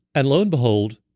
and low and behold,